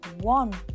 one